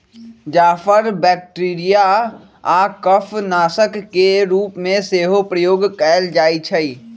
जाफर bacteria आऽ कफ नाशक के रूप में सेहो प्रयोग कएल जाइ छइ